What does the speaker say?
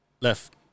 left